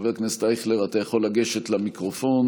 חבר הכנסת אייכלר, אתה יכול לגשת למיקרופון,